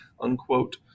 unquote